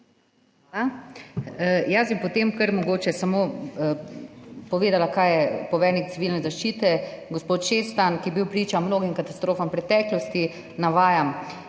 Hvala. Jaz bi potem kar mogoče samo povedala, kar je poveljnik Civilne zaščite gospod Šestan, ki je bil priča mnogim katastrofam v preteklosti, navajam: